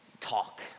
talk